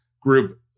group